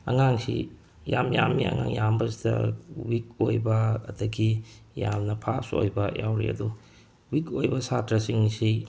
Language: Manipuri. ꯑꯉꯥꯡꯁꯤ ꯌꯥꯝ ꯌꯥꯝꯃꯤ ꯑꯉꯥꯡꯁ ꯌꯥꯝꯕꯁꯤꯗ ꯋꯤꯛ ꯑꯣꯏꯕ ꯑꯗꯒꯤ ꯌꯥꯝꯅ ꯐꯥꯁ ꯑꯣꯏꯕ ꯌꯥꯎꯔꯤ ꯑꯗꯨ ꯋꯤꯛ ꯑꯣꯏꯕ ꯁꯥꯇ꯭ꯔꯁꯤꯡꯁꯤ